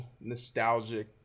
nostalgic